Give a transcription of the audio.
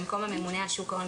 במקום "הממונה על שוק ההון,